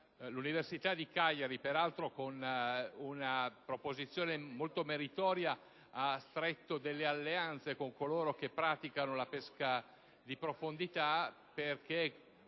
L'università di Cagliari, peraltro, con una proposizione molto meritoria, ha stretto delle alleanze con coloro che praticano la pesca di profondità,